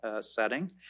setting